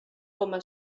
coma